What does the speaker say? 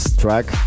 track